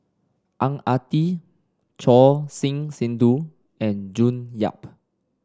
Ang Ah Tee Choor Singh Sidhu and June Yap